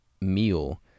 Meal